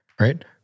right